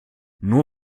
nur